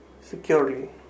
Securely